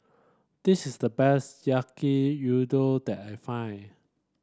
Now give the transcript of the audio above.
this is the best Yaki Udon that I find